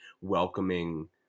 welcoming